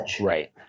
right